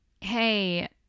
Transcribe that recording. hey